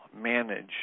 manage